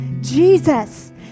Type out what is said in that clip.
Jesus